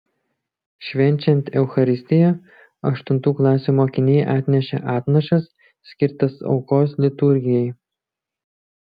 švenčiant eucharistiją aštuntų klasių mokiniai atnešė atnašas skirtas aukos liturgijai